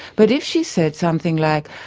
but if she said something like,